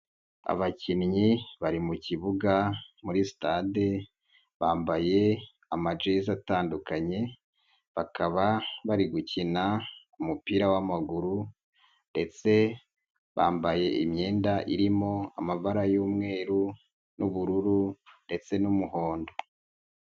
Abakinnyi bari mu kibuga, muri sitade bambaye amagezi atandukanye, bakaba bari gukina umupira w'amaguru ndetse bambaye imyenda irimo amabara y'umweru n'ubururu ndetse n'umuhondo.